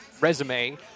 resume